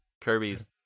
Kirby's